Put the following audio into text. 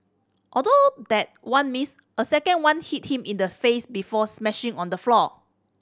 although that one missed a second one hit him in the face before smashing on the floor